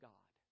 God